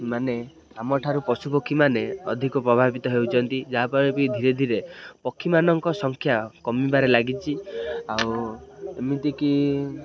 ମାନେ ଆମଠାରୁ ପଶୁପକ୍ଷୀମାନେ ଅଧିକ ପ୍ରଭାବିତ ହେଉଛନ୍ତି ଯାହାଫଳରେ କି ଧୀରେ ଧୀରେ ପକ୍ଷୀମାନଙ୍କ ସଂଖ୍ୟା କମିବାରେ ଲାଗିଛି ଆଉ ଏମିତିକି